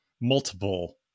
multiple